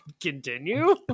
continue